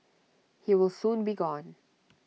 he will soon be gone